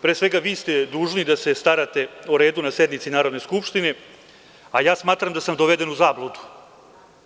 Pre svega, vi ste dužni da se starate o redu na sednici Narodne skupštine, a ja smatram da sam doveden u zabludu